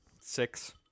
Six